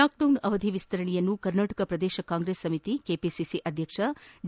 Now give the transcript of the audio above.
lockdown ಅವಧಿ ವಿಸ್ತರಣೆಯನ್ನು ಕರ್ನಾಟಕ ಪ್ರದೇಶ ಕಾಂಗ್ರೆಸ್ ಸಮಿತಿ ಕೆಪಿಸಿಸಿ ಅಧ್ಯಕ್ಷ ಡಿ